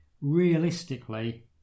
realistically